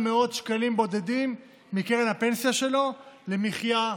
מאות שקלים בודדים מקרן הפנסיה שלו למחיה,